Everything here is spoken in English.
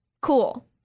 cool